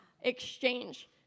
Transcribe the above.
exchange